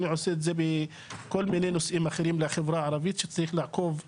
אני עושה את זה בכל מיני נושאים אחרים בחברה הערבית שצריך לעקוב אחריהם.